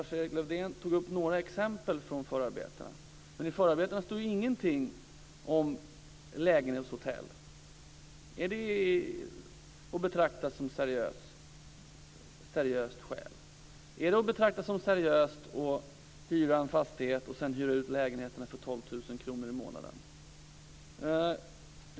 Lars-Erik Lövdén tog upp några exempel från förarbetena, men i förarbetena står det ingenting om lägenhetshotell. Är sådana att betrakta som seriöst skäl? Är det att betrakta som seriöst att hyra en fastighet och hyra ut lägenheterna för 12 000 kr i månaden?